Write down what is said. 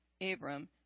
Abram